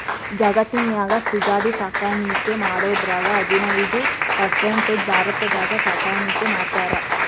ಜಗತ್ತಿನ್ಯಾಗ ಸಿಗಡಿ ಸಾಕಾಣಿಕೆ ಮಾಡೋದ್ರಾಗ ಹದಿನೈದ್ ಪರ್ಸೆಂಟ್ ಭಾರತದಾಗ ಸಾಕಾಣಿಕೆ ಮಾಡ್ತಾರ